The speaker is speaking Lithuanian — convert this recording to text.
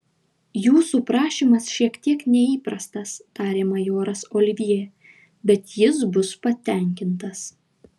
jūsų prašymas šiek tiek neįprastas tarė majoras olivjė bet jis bus patenkintas